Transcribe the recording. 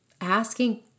asking